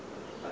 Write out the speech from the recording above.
oh